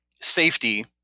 Safety